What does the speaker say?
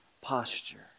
posture